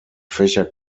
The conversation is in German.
fächer